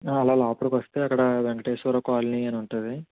అలా లోపలికొస్తే అక్కడా వెంకటేశ్వర కాలనీ అని ఉంటుంది